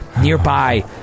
Nearby